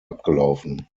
abgelaufen